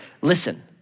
Listen